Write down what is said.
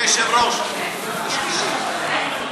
52 תומכים, אין מתנגדים, אין נמנעים.